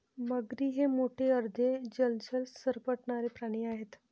मगरी हे मोठे अर्ध जलचर सरपटणारे प्राणी आहेत